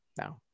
No